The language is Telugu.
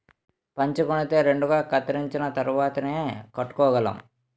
పంచకొనితే రెండుగా కత్తిరించిన తరువాతేయ్ కట్టుకోగలం